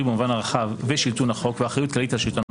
במובן הרחב ושלטון החוק ואחריות כללית על שלטון החוק.